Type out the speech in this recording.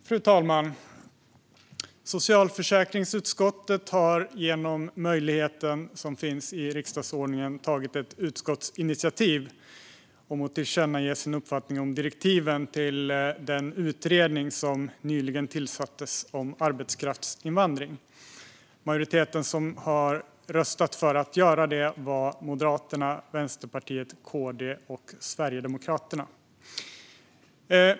Fru talman! Socialförsäkringsutskottet har genom möjligheten i riksdagsordningen tagit ett utskottsinitiativ om att tillkännage sin uppfattning om direktiven till den utredning som nyligen tillsattes om arbetskraftsinvandring. Den majoritet som har röstat för att göra det var Moderaterna, Vänsterpartiet, Kristdemokraterna och Sverigedemokraterna.